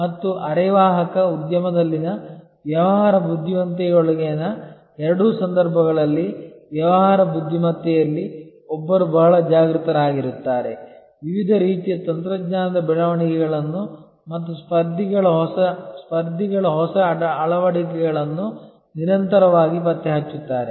ಮತ್ತು ಅರೆವಾಹಕ ಉದ್ಯಮದಲ್ಲಿನ ವ್ಯವಹಾರ ಬುದ್ಧಿವಂತಿಕೆಯೊಳಗಿನ ಎರಡೂ ಸಂದರ್ಭಗಳಲ್ಲಿ ವ್ಯವಹಾರ ಬುದ್ಧಿಮತ್ತೆಯಲ್ಲಿ ಒಬ್ಬರು ಬಹಳ ಜಾಗೃತರಾಗಿರುತ್ತಾರೆ ವಿವಿಧ ರೀತಿಯ ತಂತ್ರಜ್ಞಾನದ ಬೆಳವಣಿಗೆಗಳನ್ನು ಮತ್ತು ಸ್ಪರ್ಧಿಗಳ ಹೊಸ ಅಳವಡಿಕೆಗಳನ್ನು ನಿರಂತರವಾಗಿ ಪತ್ತೆಹಚ್ಚುತ್ತಾರೆ